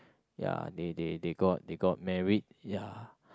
ya they they they got they got married ya